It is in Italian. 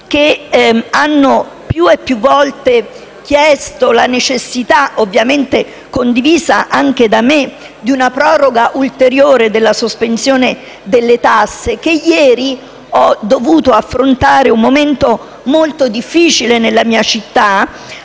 che hanno più e più volte evidenziato la necessità, ovviamente condivisa anche da me, di una proroga ulteriore della sospensione delle tasse - che ieri ho dovuto affrontare un momento molto difficile nella mia città,